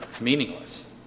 meaningless